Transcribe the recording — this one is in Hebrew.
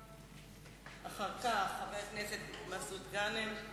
אחריו חבר הכנסת מסעוד גנאים,